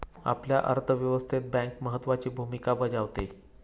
आपल्या अर्थव्यवस्थेत बँक महत्त्वाची भूमिका बजावते